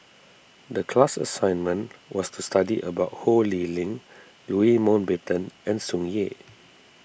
the class assignment was to study about Ho Lee Ling Louis Mountbatten and Tsung Yeh